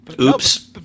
oops